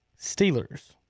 Steelers